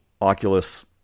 Oculus